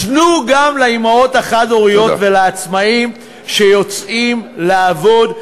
תנו גם לאימהות החד-הוריות ולעצמאים שיוצאים לעבוד,